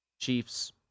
Chiefs